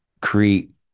create